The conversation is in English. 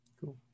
Cool